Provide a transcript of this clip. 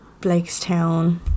Blakestown